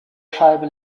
scheibe